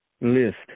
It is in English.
list